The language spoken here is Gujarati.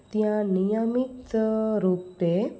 ત્યાં નિયમિત રૂપે